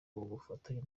bufatanye